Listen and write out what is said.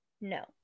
No